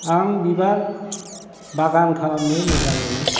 आं बिबार बागान खालामनो मोजां मोनो